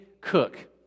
Cook